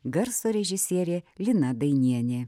garso režisierė lina dainienė